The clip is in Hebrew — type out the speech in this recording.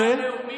משה,